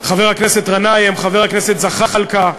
חבר הכנסת גנאים, חבר הכנסת זחאלקה,